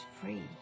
free